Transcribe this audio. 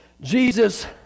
Jesus